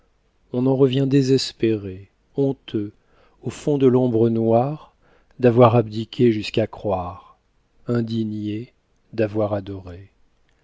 on en revient désespéré honteux au fond de l'ombre noire d'avoir abdiqué jusqu'à croire indigné d'avoir adoré